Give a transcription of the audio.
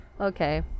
Okay